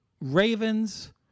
Ravens